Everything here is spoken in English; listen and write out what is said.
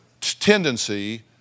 tendency